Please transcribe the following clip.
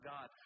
God